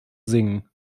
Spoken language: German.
singen